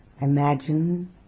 imagine